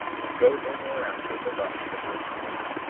and go no more after the lusts of your eyes,